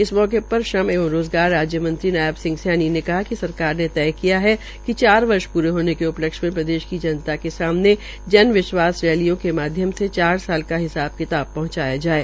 इस मौकेपर श्रम एवं रोज़गार राज्य मंत्री नायब सिंह सैनी ने कहा िक सरकार तय किया है कि चार वर्ष पूरे होने के उपलक्ष्य में प्रदेश की जनता के सामने जन विश्वास रैलियों के माध्यम में चार साल का हिसाब पहुंचाया जाये